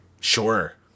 Sure